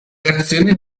reazione